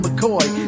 McCoy